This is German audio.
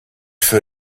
für